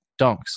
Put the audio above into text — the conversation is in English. dunks